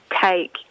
take